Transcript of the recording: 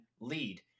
lead